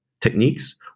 techniques